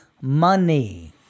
money